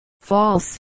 False